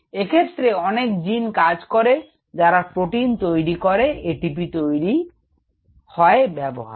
এক্ষেত্রে অনেক জিন কাজ করে যারা প্রোটিন তৈরি করে ATP তৈরি হয় ব্যবহার হয়